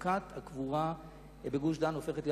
מצוקת הקבורה בגוש-דן הופכת,